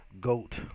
goat